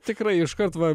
tikrai iškart va